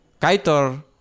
Kaitor